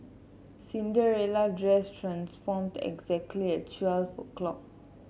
Cinderella dress transformed exactly at twelve o'clock